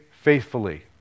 faithfully